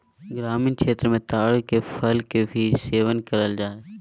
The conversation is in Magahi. ग्रामीण क्षेत्र मे ताड़ के फल के भी सेवन करल जा हय